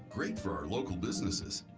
great for our local businesses,